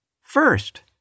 First